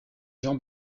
jean